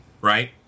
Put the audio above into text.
right